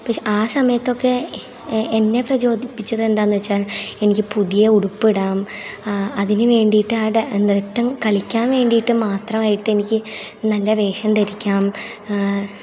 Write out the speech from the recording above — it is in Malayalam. പക്ഷെ ആ സമയത്തൊക്കെ എന്നെ പ്രചോദിപ്പിച്ചത് എന്താണെന്ന് വെച്ചാൽ എനിക്ക് പുതിയ ഉടുപ്പിടാം അതിനുവേണ്ടീട്ട് ആ നൃത്തം കളിക്കാൻ വേണ്ടീട്ട് മാത്രമായിട്ട് എനിക്ക് നല്ല വേഷം ധരിക്കാം